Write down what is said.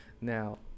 now